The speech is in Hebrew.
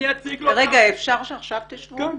אני אציג --- אפשר שעכשיו תשבו?